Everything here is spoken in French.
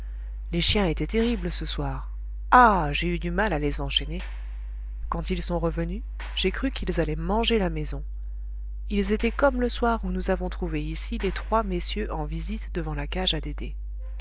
les chiens étaient terribles ce soir ah j'ai eu du mal à les enchaîner quand ils sont revenus j'ai cru qu'ils allaient manger la maison ils étaient comme le soir où nous avons trouvé ici les trois messieurs en visite devant la cage à